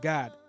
God